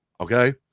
okay